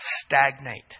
stagnate